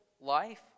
life